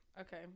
Okay